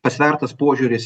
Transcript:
pasvertas požiūris